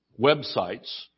websites